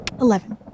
eleven